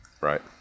Right